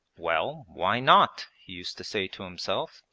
well, why not he used to say to himself.